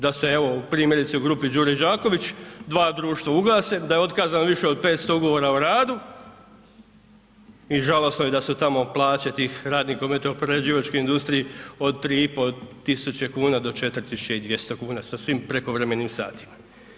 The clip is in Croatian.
Da se evo u primjerice u grupi Đure Đaković dva društva ugase, da je otkazano više od 500 ugovora o radu i žalosno je da su tamo plaće tih radnika u metaloprerađivačkoj industriji od 3.500 do 4.200 kuna sa svim prekovremenim satima.